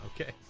Okay